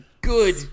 good